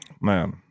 man